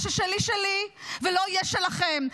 מה ששלי, שלי, ולא יהיה שלכם.